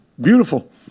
beautiful